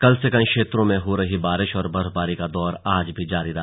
कल से कई क्षेत्रों में हो रही बारिश और बर्फबारी का दौर आज भी जारी है